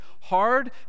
hard